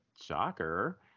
shocker